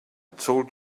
told